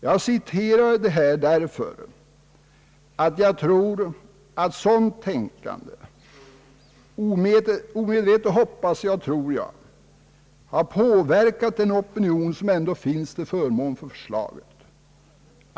Jag citerar detta därför att jag tror att ett sådant tänkande — omedvetet hoppas och tror jag — har påverkat den opinion som ändå finns till förmån för förslaget.